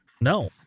No